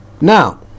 Now